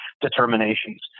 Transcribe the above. determinations